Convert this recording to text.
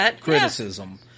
criticism